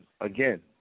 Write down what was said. again